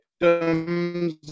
victims